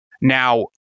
Now